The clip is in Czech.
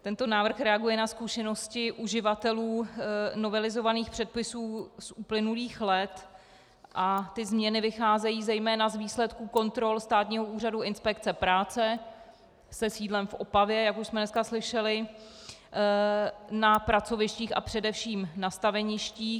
Tento návrh reaguje na zkušenosti uživatelů novelizovaných předpisů z uplynulých let a ty změny vycházejí zejména z výsledků kontrol Státního úřadu inspekce práce se sídlem v Opavě, jak už jsme dneska slyšeli, na pracovištích a především na staveništích.